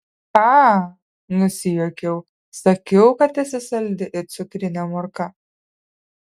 a nusijuokiau sakiau kad esi saldi it cukrinė morka